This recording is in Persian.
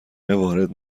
وارد